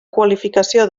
qualificació